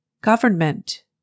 Government